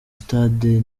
stade